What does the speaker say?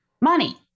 money